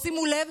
שימו לב,